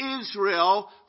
Israel